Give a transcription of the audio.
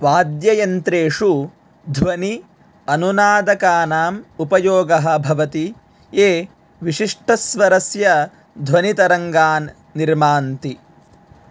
वाद्ययन्त्रेषु ध्वनि अनुनादकानाम् उपयोगः भवति ये विशिष्टस्वरस्य ध्वनितरङ्गान् निर्मान्ति